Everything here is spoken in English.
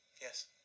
Yes